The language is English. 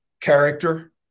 character